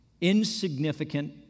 insignificant